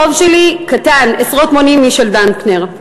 החוב שלי קטן עשרות מונים משל דנקנר.